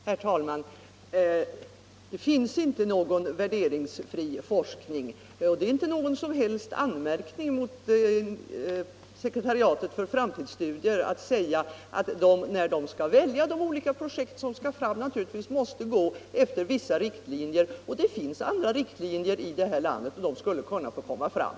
Herr talman! Det finns inte någon värderingsfri forskning. Det är inte någon som helst anmärkning mot sekretariatet för framtidsstudier att säga att det, när det skall välja de olika projekten, naturligtvis måste gå efter vissa riktlinjer och att det finns andra riktlinjer i det här landet som borde få komma fram.